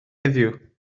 heddiw